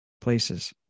places